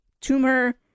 tumor